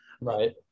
Right